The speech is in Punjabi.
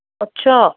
ਅੱਛਾ